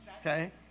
Okay